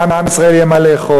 לעם ישראל יהיה מה לאכול,